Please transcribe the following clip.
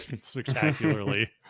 spectacularly